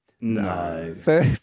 No